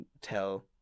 tell